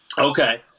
Okay